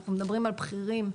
אנחנו מדברים על בכירים,